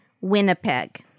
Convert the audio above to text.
Winnipeg